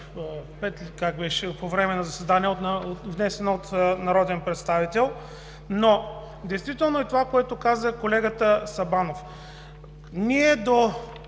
по време на заседание, внесен от народен представител. Действително и това, което каза колегата Сабанов, че до